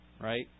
right